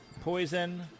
poison